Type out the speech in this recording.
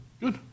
Good